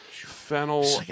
fennel